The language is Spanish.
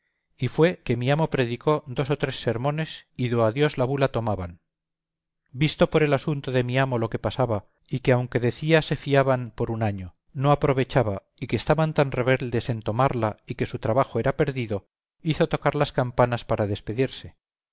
y fue que mi amo predicó dos o tres sermones y do a dios la bula tomaban visto por el asunto de mi amo lo que pasaba y que aunque decía se fiaban por un año no aprovechaba y que estaban tan rebeldes en tomarla y que su trabajo era perdido hizo tocar las campanas para despedirse